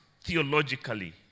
theologically